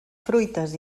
fruites